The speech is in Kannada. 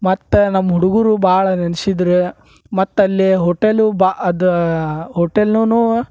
ಮತ್ತೆ ನಮ್ಮ ಹುಡುಗರು ಭಾಳ ನೆನ್ಶಿದ್ರ ಮತ್ತಲ್ಲಿ ಹೋಟೆಲ್ಲೂ ಬಾ ಅದು ಹೋಟೆಲ್ಲೂನೂ